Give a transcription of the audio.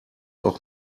auch